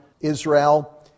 Israel